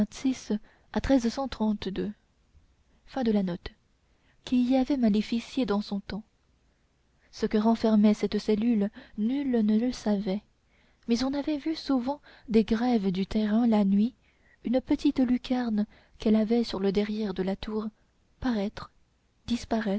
qui y avait maléficié dans son temps ce que renfermait cette cellule nul ne le savait mais on avait vu souvent des grèves du terrain la nuit à une petite lucarne qu'elle avait sur le derrière de la tour paraître disparaître